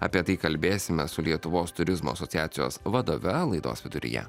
apie tai kalbėsime su lietuvos turizmo asociacijos vadove laidos viduryje